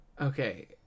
okay